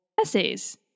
essays